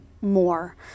more